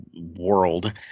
world